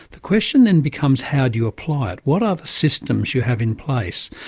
the question then becomes how do you apply it. what are the systems you have in place?